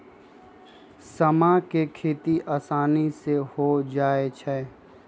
समा के खेती असानी से हो जाइ छइ